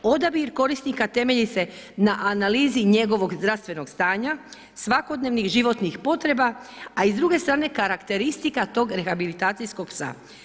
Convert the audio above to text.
Odabir korisnika temelji se na analizi njegovog zdravstvenog stanja, svakodnevnih životnih potreba a i s druge strane karakteristika tog rehabilitacijskog psa.